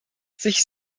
sich